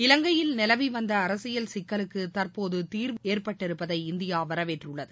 இலங்கையில் நிலவி வந்த அரசியல் சிக்கலுக்கு தற்போது தீர்வு ஏற்பட்டிருப்பதை இந்தியா வரவேற்றுள்ளது